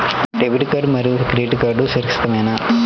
Debit card మరియు credit card సురక్షితమేనా?